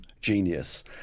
genius